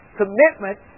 commitment